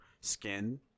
skin